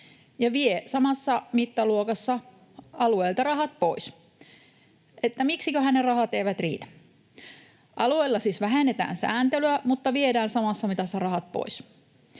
ja vie samassa mittaluokassa alueilta rahat pois. Että miksiköhän ne rahat eivät riitä? Alueilla siis vähennetään sääntelyä, mutta viedään samassa mitassa rahat pois.